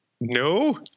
No